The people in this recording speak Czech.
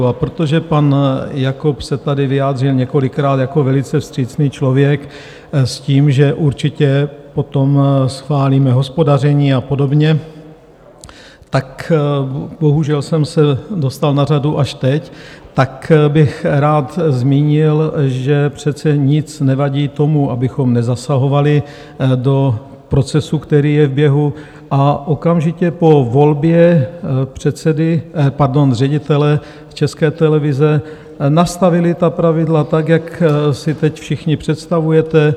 A protože pan Jakob se tady vyjádřil několikrát jako velice vstřícný člověk s tím, že určitě potom schválíme hospodaření a podobně, tak bohužel jsem se dostal na řadu až teď tak bych rád zmínil, že přece nic nevadí tomu, abychom nezasahovali do procesu, který je v běhu, a okamžitě po volbě ředitele České televize nastavili ta pravidla tak, jak si teď všichni představujete.